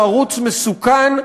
הוא ערוץ מסוכן והרסני.